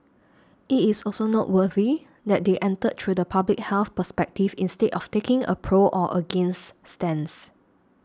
it is also noteworthy that they entered through the public health perspective instead of taking a pro or against stance